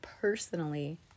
personally